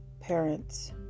parents